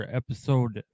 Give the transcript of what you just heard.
episode